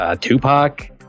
Tupac